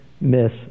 miss